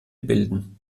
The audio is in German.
bilden